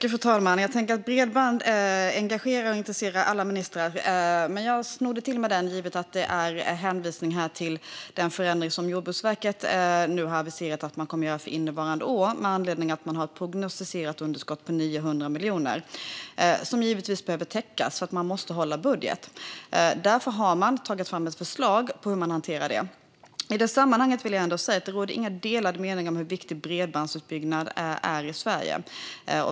Fru talman! Bredband engagerar och intresserar alla ministrar. Men jag snodde åt mig denna fråga eftersom det hänvisades till den förändring som Jordbruksverket har aviserat att man kommer att göra för innevarande år med anledning av att man har prognostiserat ett underskott på 900 miljoner kronor som givetvis behöver täckas, eftersom man måste hålla budgeten. Därför har man tagit fram ett förslag på hur man ska hantera detta. I detta sammanhang vill jag ändå säga att det inte råder några delade meningar om hur viktig bredbandsutbyggnaden är i Sverige.